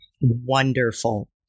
Wonderful